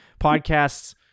Podcasts